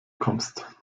kommst